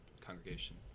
congregation